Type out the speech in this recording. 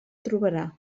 trobarà